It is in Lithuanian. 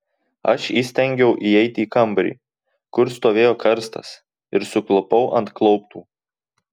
aš įstengiau įeiti į kambarį kur stovėjo karstas ir suklupau ant klauptų